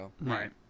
Right